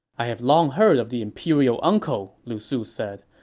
i have long heard of the imperial uncle, lu su said.